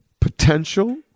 potential